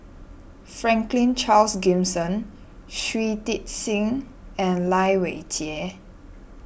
Franklin Charles Gimson Shui Tit Sing and Lai Weijie